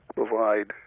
provide